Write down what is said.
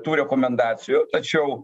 tų rekomendacijų tačiau